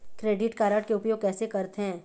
Credit card के उपयोग कैसे करथे?